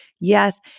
yes